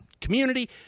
community